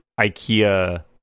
IKEA